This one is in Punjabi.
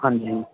ਹਾਂਜੀ